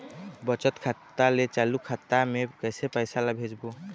बचत खाता ले चालू खाता मे कैसे पैसा ला भेजबो?